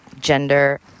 gender